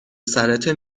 سرته